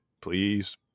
please